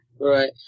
right